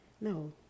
No